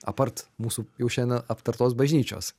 apart mūsų jau šiandien aptartos bažnyčios